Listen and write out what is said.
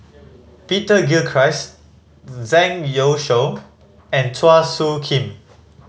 Peter Gilchrist Zhang Youshuo and Chua Soo Khim